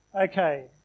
Okay